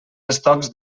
estocs